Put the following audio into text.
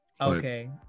okay